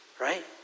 Right